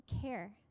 care